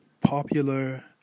popular